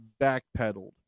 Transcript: backpedaled